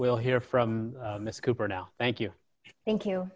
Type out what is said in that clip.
we'll hear from mr cooper now thank you thank you